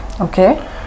Okay